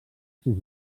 sis